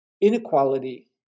Inequality